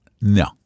No